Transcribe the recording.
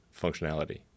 functionality